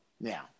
now